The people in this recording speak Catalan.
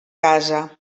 casa